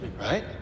Right